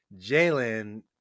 Jalen